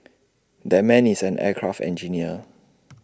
that man is an aircraft engineer